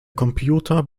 computer